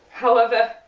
however,